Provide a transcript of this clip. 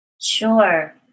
sure